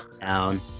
down